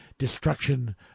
destruction